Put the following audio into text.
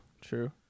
true